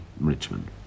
Richmond